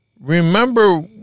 remember